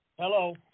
Hello